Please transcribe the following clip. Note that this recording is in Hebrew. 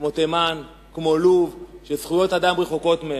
כמו תימן, כמו לוב, שזכויות האדם רחוקות מהן.